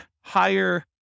higher